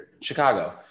chicago